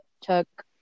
took